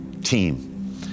team